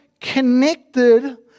connected